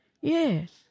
Yes